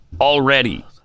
already